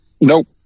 Nope